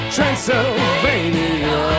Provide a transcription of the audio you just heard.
Transylvania